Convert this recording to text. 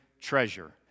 treasure